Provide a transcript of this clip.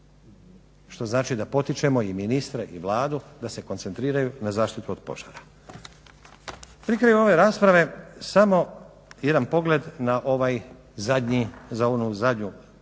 Što znači da potičemo i ministre i Vladu da se koncentriraju na zaštitu od požara. Pri kraju ove rasprave samo jedan pogled na onu zadnju tabelu koja govori